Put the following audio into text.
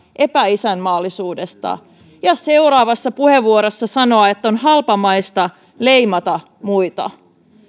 epäisänmaallisuudesta ja seuraavassa puheenvuorossa sanoa että on halpamaista leimata muita